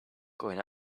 going